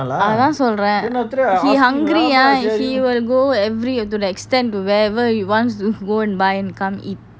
அதன் சொல்றன்:athan solran he hungry ah he will go every to the extend to wherever he wants to go and buy and come eat